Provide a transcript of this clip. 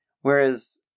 Whereas